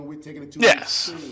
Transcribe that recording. Yes